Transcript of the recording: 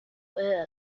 air